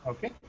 Okay